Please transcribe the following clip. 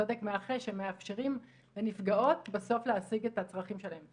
צדק מאחה שמאפשרים לנפגעות בסוף להשיג את הצרכים שלהן.